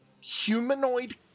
humanoid